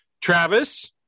Travis